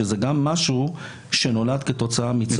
שזה גם משהו שנולד כתוצאה מצורך.